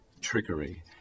trickery